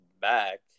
back